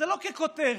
לא ככותרת.